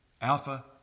Alpha